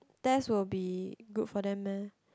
test will be good for them meh